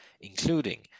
including